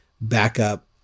backup